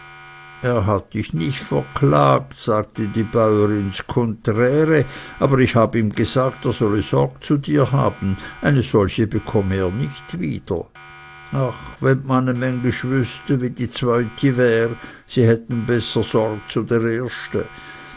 er hat dich nicht verklagt sagte die bäurin ds cunträri aber ich habe ihm gesagt er solle sorg zu dir haben eine solche bekomme er nicht wieder ach wenn dmanne mängisch wüßte wie die zweute wäre sie hätten besser sorg zu